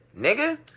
Nigga